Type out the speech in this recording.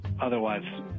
Otherwise